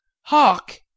Hark